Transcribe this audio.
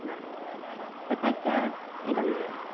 हा यथा च इदम्